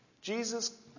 Jesus